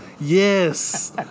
yes